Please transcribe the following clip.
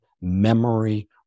memory